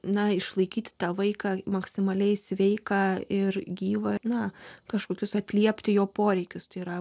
na išlaikyti tą vaiką maksimaliai sveiką ir gyvą na kažkokius atliepti jo poreikius tai yra